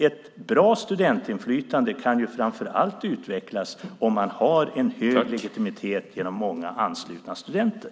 Ett bra studentinflytande kan framför allt utvecklas om det finns en hög legitimitet genom många anslutna studenter.